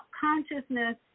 consciousness